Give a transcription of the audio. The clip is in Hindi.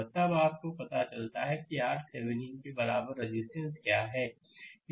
तब आपको पता चलता है कि RThevenin के बराबर रेजिस्टेंस क्या है